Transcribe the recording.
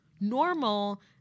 normal